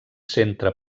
centre